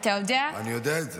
אתה יודע -- אני יודע את זה.